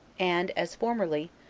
and, as formerly,